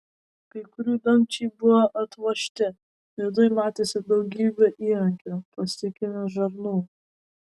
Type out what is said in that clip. kai kurių dangčiai buvo atvožti viduj matėsi daugybė įrankių plastikinių žarnų